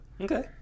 okay